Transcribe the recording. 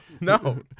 No